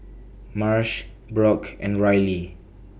Marsh Brock and Riley